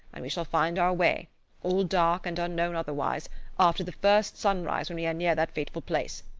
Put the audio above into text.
and we shall find our way all dark and unknown otherwise after the first sunrise when we are near that fateful place.